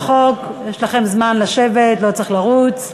יש לכם זמן לשבת, לא צריך לרוץ.